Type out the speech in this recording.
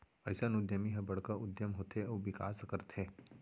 अइसन उद्यमी ह बड़का उद्यम होथे अउ बिकास करथे